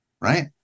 right